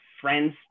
friends